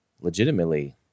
legitimately